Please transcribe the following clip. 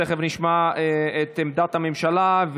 תכף נשמע את עמדת הממשלה.